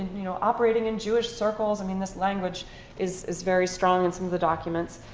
you know, operating in jewish circles. i mean, this language is is very strong in some of the documents.